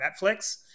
Netflix